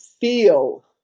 feel